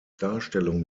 darstellung